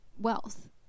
wealth